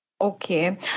Okay